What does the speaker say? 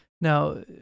Now